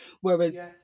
whereas